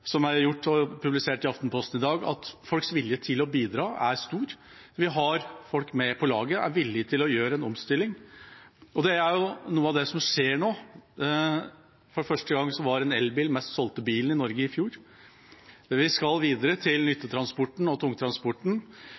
gjort, og publisert i Aftenposten i dag, at folks vilje til å bidra er stor. Vi har folk med på laget, de er villige til omstilling. Det er noe av det som skjer nå. I fjor var for første gang en elbil den mest solgte bilen i Norge. Vi skal videre til nyttetransporten og tungtransporten,